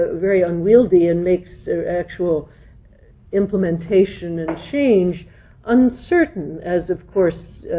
ah very unwieldy, and makes actual implementation and change uncertain, as, of course,